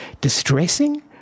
distressing